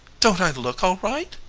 don't i look all right?